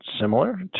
similar